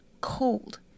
cold